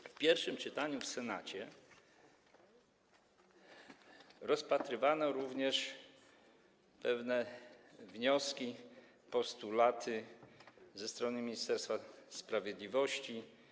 Podczas pierwszego czytania w Senacie rozpatrywano również pewne wnioski, postulaty ze strony Ministerstwa Sprawiedliwości.